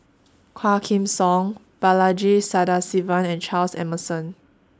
Quah Kim Song Balaji Sadasivan and Charles Emmerson